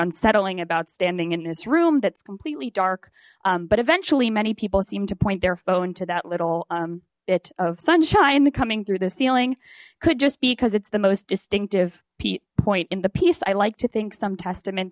unsettling about standing in this room that's completely dark but eventually many people seem to point their phone to that little bit of sunshine coming through the ceiling could just because it's the most distinctive point in the piece i like to thank some testament